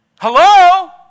Hello